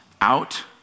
out